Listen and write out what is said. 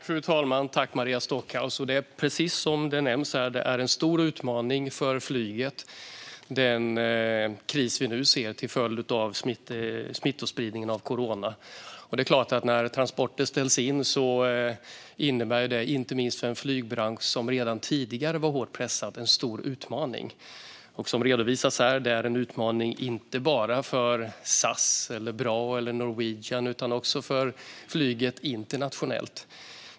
Fru talman! Tack, Maria Stockhaus, för frågan! Precis som sägs är den kris vi nu ser till följd av smittspridningen av corona en stor utmaning för flyget. Det är klart att när transporter ställs in innebär det en stor utmaning, inte minst för flygbranschen som redan tidigare var hårt pressad. Och som redovisas här är det en utmaning inte bara för SAS, BRA eller Norwegian utan också för flyget internationellt.